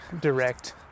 direct